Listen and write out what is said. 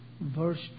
verse